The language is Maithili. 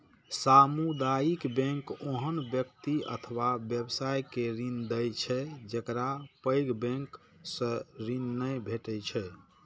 सामुदायिक बैंक ओहन व्यक्ति अथवा व्यवसाय के ऋण दै छै, जेकरा पैघ बैंक सं ऋण नै भेटै छै